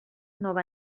nova